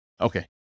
Okay